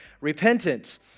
repentance